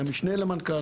שהיה משנה למנכ"ל.